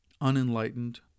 unenlightened